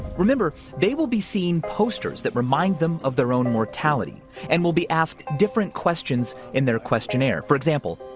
remember, they will be seeing posters that remind them of their own mortality and will be asked different questions in their questionnaire for example,